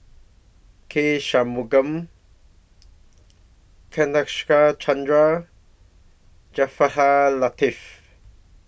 K Shanmugam Nadasen Chandra Jaafar Ha Latiff